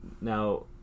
Now